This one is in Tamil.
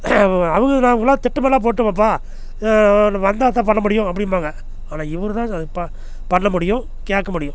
அவங்க நாங்களா திட்டமெல்லாம் போட்டோம்ப்பா வந்தால்தான் பண்ண முடியும் அப்படின்பாங்க ஆனால் இவருதான் அது பா பண்ண முடியும் கேட்க முடியும்